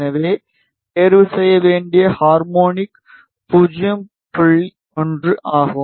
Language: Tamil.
எனவே தேர்வு செய்ய வேண்டிய ஹார்மோனிக் 0 1 ஆகும்